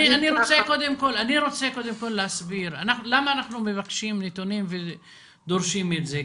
אני רוצה קודם כל להסביר למה אנחנו מבקשים נתונים ודורשים את זה.